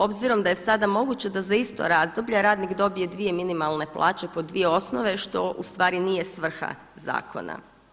Obzirom da je sada moguće da za isto razdoblje ranik dobije dvije minimalne plaće po dvije osnove što ustvari nije svrha zakona.